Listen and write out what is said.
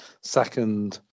second